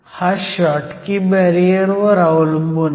हा Schottky barrier वर अवलंबून आहे